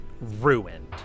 ruined